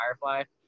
Firefly